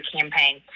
campaign